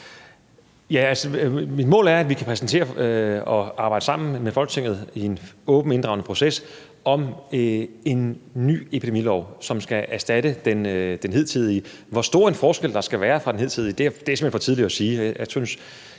Mit mål er, at vi kan arbejde sammen med Folketinget i en åben og inddragende proces om en ny epidemilov, som skal erstatte den hidtidige. Hvor stor en forskel der skal være fra den hidtidige, er simpelt hen for tidligt at sige. Jeg